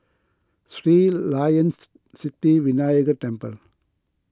Sri Layan's Sithi Vinayagar Temple